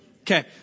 Okay